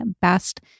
best